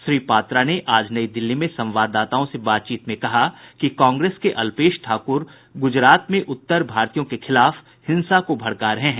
श्री पात्रा ने आज नई दिल्ली में संवाददाताओं से बातचीत में कहा कि कांग्रेस के अल्पेश ठाकोर गुजरात में उत्तर भारतीयों के खिलाफ हिंसा को भड़का रहे हैं